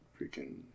freaking